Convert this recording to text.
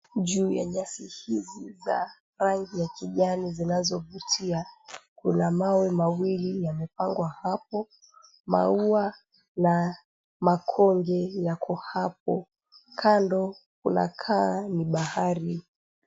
Juu ya nyasi hizi za rangi ya kijani zinazovutia, kuna mawe mawili yamepangwa hapo. Maua na makonge yako hapo. Kando kunakaa ni bahari.